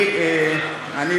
מוכן להתמודד עם כל אחד.